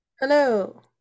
Hello